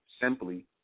Simply